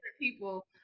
people